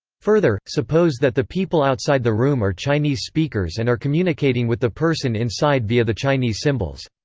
further, suppose that the people outside the room are chinese speakers and are communicating with the person inside via the chinese symbols.